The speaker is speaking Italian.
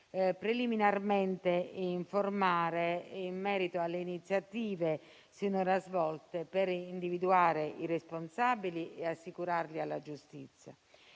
preliminarmente informare in merito alle iniziative finora svolte per individuare i responsabili e assicurarli alla giustizia.